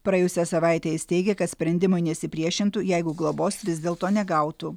praėjusią savaitę jis teigė kad sprendimui nesipriešintų jeigu globos vis dėlto negautų